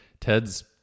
Ted's